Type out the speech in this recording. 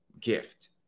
gift